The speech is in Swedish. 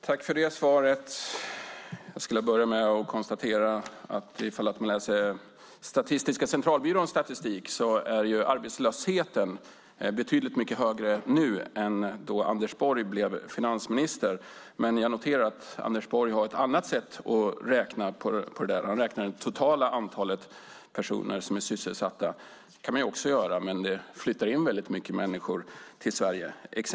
Herr talman! Jag tackar finansministern för det svaret. Ifall man läser Statistiska centralbyråns statistik ser man att arbetslösheten nu är betydligt högre än då Anders Borg blev finansminister. Jag noterar att Anders Borg dock har ett annat sätt att räkna. Han räknar det totala antalet sysselsatta personer, och det kan man också göra. Samtidigt är det exempelvis så att många människor flyttar till Sverige.